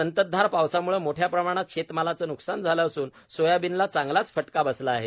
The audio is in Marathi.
संततधार पावसामुळे मोठ्या प्रमाणात शेतमालाचे नुकसान झाले असून सोयाबीनला चांगलाच फटका बसला आहे